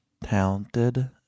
talented